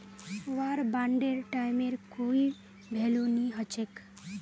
वार बांडेर टाइमेर कोई भेलू नी हछेक